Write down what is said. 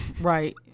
right